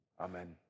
Amen